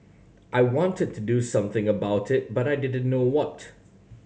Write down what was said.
I wanted to do something about it but I didn't know what